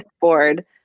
Board